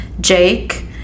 Jake